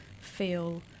feel